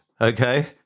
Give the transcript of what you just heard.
okay